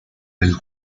del